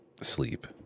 sleep